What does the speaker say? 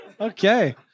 Okay